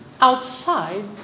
outside